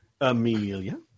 Amelia